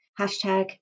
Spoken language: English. hashtag